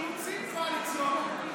אילוצים קואליציוניים.